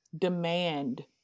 demand